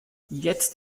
jetzt